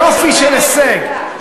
יופי של הישג.